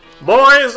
Boys